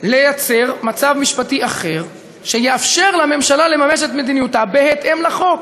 לייצר מצב משפטי אחר שיאפשר לממשלה לממש את מדיניותה בהתאם לחוק.